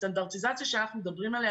הסטנדרטיזציה שאנחנו מדברים עליה,